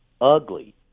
ugly